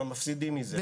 אנחנו מפסידות מזה,